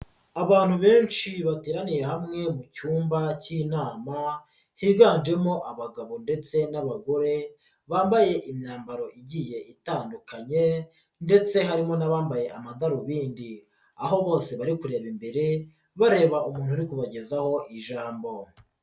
Abantu benshi bateraniye hamwe mu cyumba k'inama higanjemo abagabo ndetse n'abagore bambaye imyambaro igiye itandukanye ndetse harimo n'abambaye amadarubindi aho bose bari kureba imbere bareba umuntu uri kubagezaho ijambo.